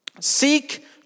Seek